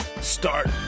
start